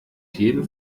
jeden